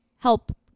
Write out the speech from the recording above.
help